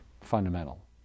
fundamental